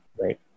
right